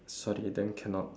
sorry then cannot